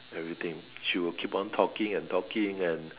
everything she will keep on talking and talking and